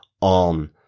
on